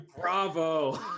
bravo